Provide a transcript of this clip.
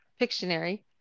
Pictionary